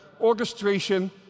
orchestration